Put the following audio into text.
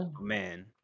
man